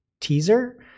teaser